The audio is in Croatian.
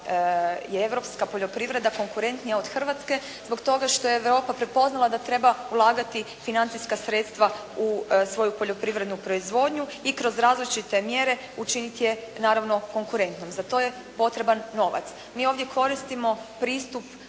je i europska poljoprivreda konkurentnija od Hrvatske, zbog toga što je Europa prepoznala da treba ulagati financijska sredstva u svoju poljoprivrednu proizvodnju i kroz različite mjere učiniti je naravno konkurentnom. Za to je potreban novac. Mi ovdje koristimo pristup